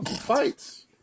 Fights